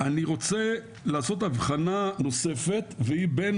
אני רוצה לעשות הבחנה נוספת והיא בין,